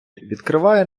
відкриває